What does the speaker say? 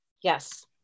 yes